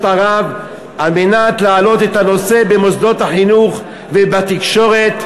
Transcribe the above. ערב כדי להעלות את הנושא במוסדות החינוך ובתקשורת,